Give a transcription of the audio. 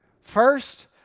First